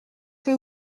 que